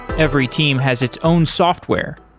every team has its own software,